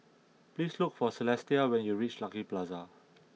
please look for Celestia when you reach Lucky Plaza